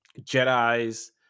Jedi's